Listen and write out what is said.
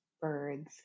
birds